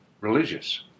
religious